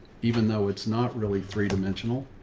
even though it's not really three dimensional.